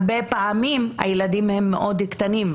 הרבה פעמים הילדים הם מאוד קטנים,